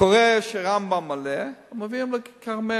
קורה ש"רמב"ם" מלא, מעבירים ל"כרמל",